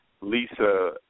Lisa